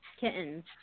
Kittens